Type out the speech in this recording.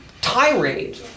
tirade